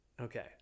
Okay